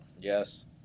Yes